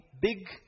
big